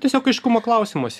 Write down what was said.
tiesiog aiškumo klausimas